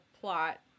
plot